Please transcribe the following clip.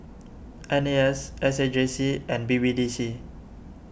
N A S S A J C and B B D C